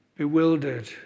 bewildered